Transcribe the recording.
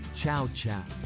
ciao ciao.